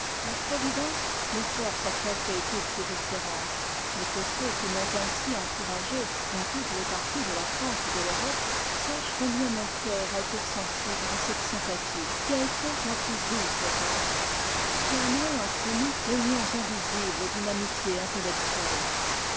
la providence me force à tromper toutes ces espérances mais que ceux qui m'ont ainsi encouragé dans toutes les parties de la france et de l'europe sachent combien mon cœur a été sensible à cette sympathie qui a été ma plus douce récompense qui a noué entre nous les liens invisibles d'une amitié intellectuelle